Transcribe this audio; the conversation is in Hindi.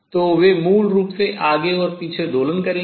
तो वे मूल रूप से आगे और पीछे दोलन करेंगी